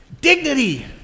dignity